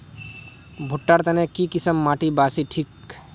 भुट्टा र तने की किसम माटी बासी ठिक?